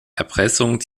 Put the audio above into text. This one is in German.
erpressung